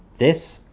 this,